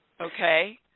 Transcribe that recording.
Okay